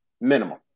Minimum